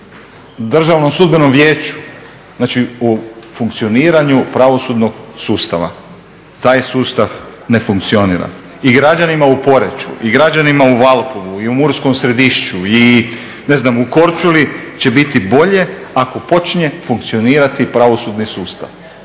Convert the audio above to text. od Državnom sudbenom vijeću, znači u funkcioniranju pravosudnog sustava. Taj sustav ne funkcionira. I građanima u Poreču, i građanima u Valpovu, i Murskom središću, i ne znam u Korčuli će biti bolje ako počne funkcionirati pravosudni sustav.